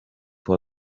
for